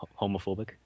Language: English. homophobic